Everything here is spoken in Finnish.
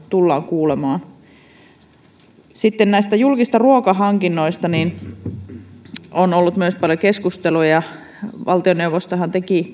tullaan kuulemaan sitten näistä julkisista ruokahankinnoista on ollut myös paljon keskustelua valtioneuvostohan teki